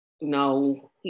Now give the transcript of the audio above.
no